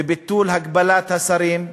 את הגבלת מספר השרים,